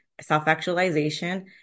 self-actualization